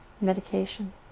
medication